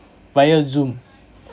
via Zoom